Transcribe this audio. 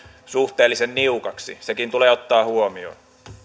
suhteellisen niukaksi sekin tulee ottaa huomioon